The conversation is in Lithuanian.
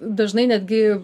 dažnai netgi